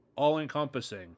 All-encompassing